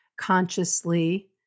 consciously